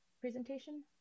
presentation